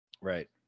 Right